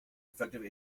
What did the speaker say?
effective